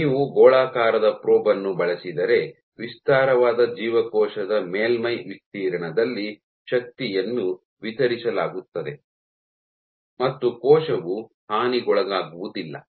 ನೀವು ಗೋಳಾಕಾರದ ಪ್ರೋಬ್ ಅನ್ನು ಬಳಸಿದರೆ ವಿಸ್ತಾರವಾದ ಜೀವಕೋಶದ ಮೇಲ್ಮೈ ವಿಸ್ತೀರ್ಣದಲ್ಲಿ ಶಕ್ತಿಯನ್ನು ವಿತರಿಸಲಾಗುತ್ತದೆ ಮತ್ತು ಕೋಶವು ಹಾನಿಗೊಳಗಾಗುವುದಿಲ್ಲ